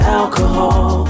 alcohol